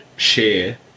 share